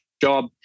job